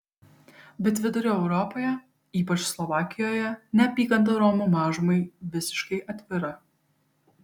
bet vidurio europoje ypač slovakijoje neapykanta romų mažumai visiškai atvira